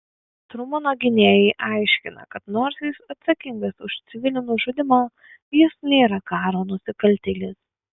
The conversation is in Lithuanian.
trumano gynėjai aiškina kad nors jis atsakingas už civilių nužudymą jis nėra karo nusikaltėlis